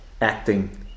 acting